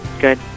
Good